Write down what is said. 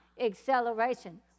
acceleration